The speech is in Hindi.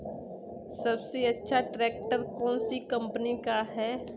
सबसे अच्छा ट्रैक्टर कौन सी कम्पनी का है?